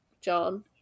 John